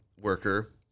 worker